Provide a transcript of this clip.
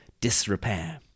disrepair